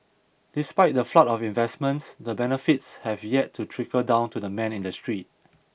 despite the flood of investments the benefits have yet to trickle down to the man in the street